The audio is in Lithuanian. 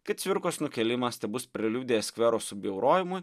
kad cvirkos nukėlimas tebus preliudija skvero subjaurojimui